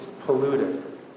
polluted